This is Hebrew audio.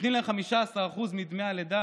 נותנים להן 15% מדמי הלידה,